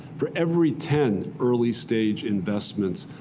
for every ten early stage investments,